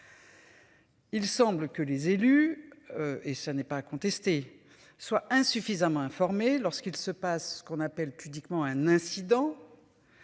Il semble que les élus. Et ça n'est pas contestée, soit insuffisamment informés lorsqu'il se passe ce qu'on appelle pudiquement un incident.